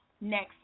next